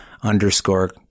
underscore